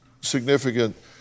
significant